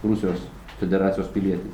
rusijos federacijos pilietį